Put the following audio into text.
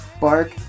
bark